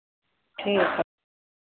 ठीक है